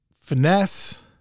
finesse